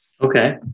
Okay